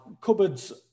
cupboards